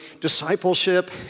discipleship